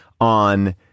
on